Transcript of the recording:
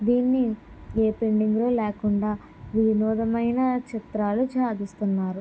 దీన్ని ఏ పెండింగ్ లేకుండా వినోదమైన చిత్రాలు చాదిస్తున్నారు